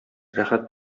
рәхәт